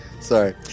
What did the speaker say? Sorry